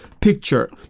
picture